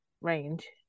range